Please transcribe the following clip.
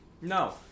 No